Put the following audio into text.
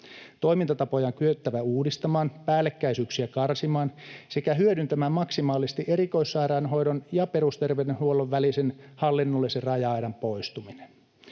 toimintatapoja, karsimaan päällekkäisyyksiä sekä hyödyntämään maksimaalisesti erikoissairaanhoidon ja perusterveydenhuollon välisen hallinnollisen raja-aidan poistuminen.